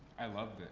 i loved it.